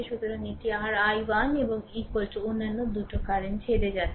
সুতরাং এটি ri 1 এবং অন্যান্য 2 কারেন্ট ছেড়ে যাচ্ছে